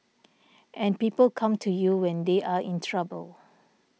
and people come to you when they are in trouble